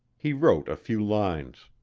he wrote a few lines.